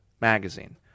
magazine